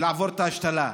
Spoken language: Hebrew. ולעבור את ההשתלה.